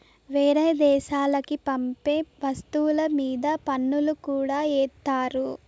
వేరే దేశాలకి పంపే వస్తువుల మీద పన్నులు కూడా ఏత్తారు